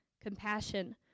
compassion